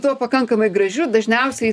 tuo pakankamai gražių dažniausiai